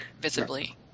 visibly